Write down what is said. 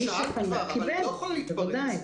מי שפנה קיבל, בוודאי.